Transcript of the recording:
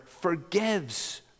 forgives